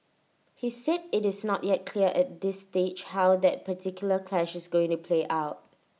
he said IT is not yet clear at this stage how that particular clash is going to play out